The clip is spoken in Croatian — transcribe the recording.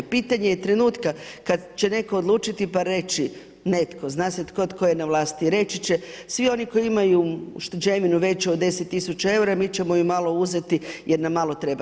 Pitanje je trenutka kada će netko odlučiti pa reći, netko, zna se tko je na vlasti, reći će svi oni koji imaju ušteđevinu veću od 10 tisuća eura mi ćemo ju malo uzeti jer nam malo treba.